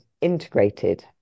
integrated